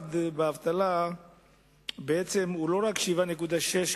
הרחב באבטלה הוא לא רק 7.6%,